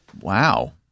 Wow